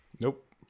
Nope